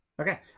Okay